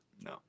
no